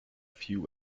few